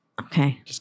Okay